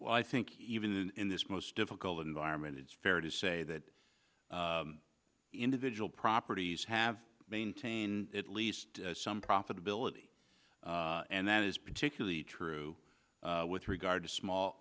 i think even in this most difficult environment it's fair to say that individual properties have maintained at least some profitability and that is particularly true with regard to small